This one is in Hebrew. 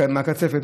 מהקצפת.